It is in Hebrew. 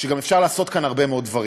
שגם אפשר לעשות כאן הרבה מאוד דברים.